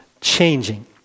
changing